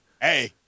Hey